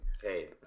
Hey